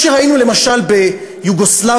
מה שראינו למשל ביוגוסלביה,